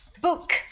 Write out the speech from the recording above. Book